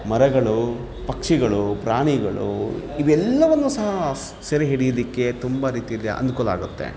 ಮರಗಳು ಪಕ್ಷಿಗಳು ಪ್ರಾಣಿಗಳು ಇವೆಲ್ಲವನ್ನೂ ಸಹ ಸೆರೆ ಹಿಡಿಯುದಕ್ಕೆ ತುಂಬ ರೀತಿಲಿ ಅನುಕೂಲ ಆಗುತ್ತೆ